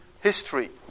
history